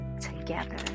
together